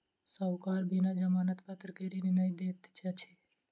साहूकार बिना जमानत पत्र के ऋण नै दैत अछि